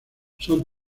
son